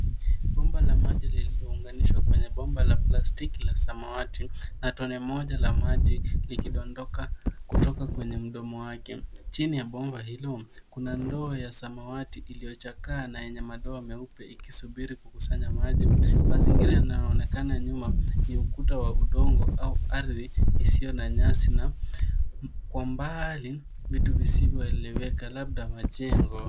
Bomba la maji lililounganishwa kwenye bomba la plastiki la samawati na tone moja la maji likidondoka kutoka kwenye mdomo wake. Chini ya bomba hilo, kuna ndoo ya samawati iliyochakaa na yenye madoa meupe ikisubiri kukusanya maji. Mazingira yanaonekana nyuma ni ukuta wa udongo au ardhi isiyo na nyasi na kwa mbali vitu visivyoeleweka labda majengo.